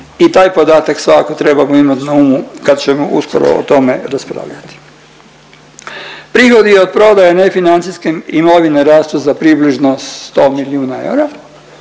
i taj podatak svakako trebamo imati na umu kad ćemo uskoro o tome raspravljati. Prihodi od prodaje nefinancijske imovine rastu za približno 100 milijuna eura,